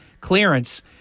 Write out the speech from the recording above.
clearance